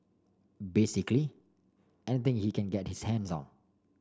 basically anything he can get his hands on